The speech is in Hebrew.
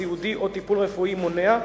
סיעודי או טיפול רפואי מונע,